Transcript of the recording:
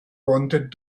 wanted